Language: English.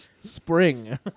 spring